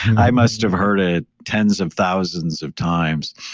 i must have heard it tens of thousands of times.